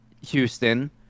Houston